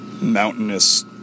mountainous